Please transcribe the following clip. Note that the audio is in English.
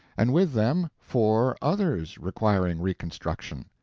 and with them four others requiring reconstruction.